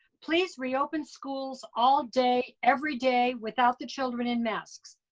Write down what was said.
please reopen schools all day every day without the children in masks.